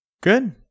Good